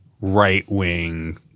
right-wing